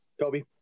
Kobe